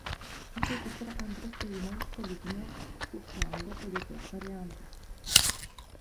išeitis yra antras ėjimo iš politinio cugcvango padėties variantas